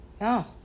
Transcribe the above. No